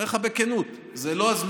אני אומר לך בכנות, זה לא הזמן.